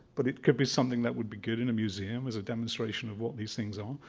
but it could be something that would be good in a museum as a demonstration of what these things are.